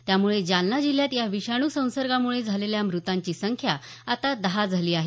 त्याम्ळे जालना जिल्ह्यात या विषाणू संसर्गामुळे झालेल्या मृतांची संख्या आता दहा झाली आहे